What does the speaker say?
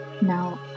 Now